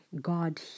God